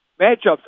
Matchups